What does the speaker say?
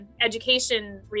education